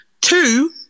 Two